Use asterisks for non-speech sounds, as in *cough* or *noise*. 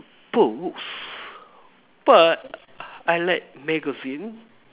*noise* but I like magazine